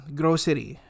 grocery